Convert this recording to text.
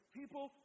people